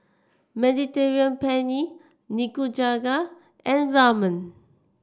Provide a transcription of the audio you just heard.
Mediterranean Penne Nikujaga and Ramen